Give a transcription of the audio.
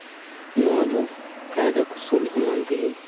ᱱᱚᱣᱟᱫᱚ ᱠᱟᱭᱫᱟ ᱠᱚᱣᱥᱳᱞ ᱮᱢᱟᱱ ᱛᱮᱜᱮ